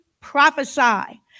prophesy